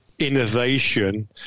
Innovation